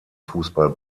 fußball